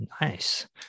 Nice